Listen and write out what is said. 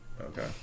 okay